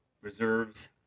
reserves